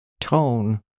tone